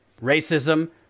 racism